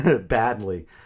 badly